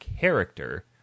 character